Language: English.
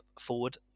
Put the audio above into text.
forward